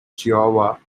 chihuahua